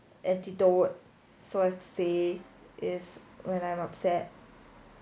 attitude so as to say is when I'm upset